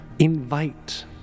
Invite